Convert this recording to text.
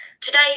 Today